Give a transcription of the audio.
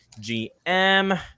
GM